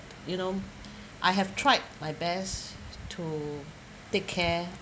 you know I have tried my best to take care